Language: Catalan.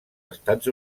estats